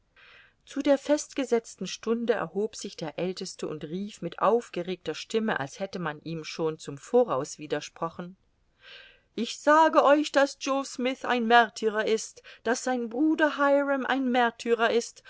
zu der festgesetzten stunde erhob sich der aelteste und rief mit aufgeregter stimme als hätte man ihm schon zum voraus widersprochen ich sage euch daß joe smyth ein märtyrer ist daß sein bruder hyram ein märtyrer ist